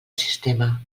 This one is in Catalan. sistema